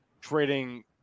trading